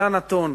זה הנתון.